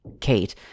kate